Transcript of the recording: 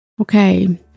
okay